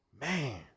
Man